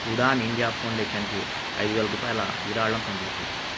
Udaan India ఫౌండేషన్కి ఐదు వేల రూపాయల విరాళం పంపించు